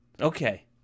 okay